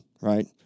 right